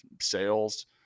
sales